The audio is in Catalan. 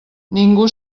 ningú